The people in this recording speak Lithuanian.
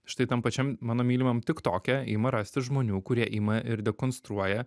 štai tam pačiam mano mylimam tik toke ima rastis žmonių kurie ima ir dekonstruoja